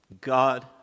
God